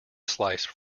sliced